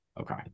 Okay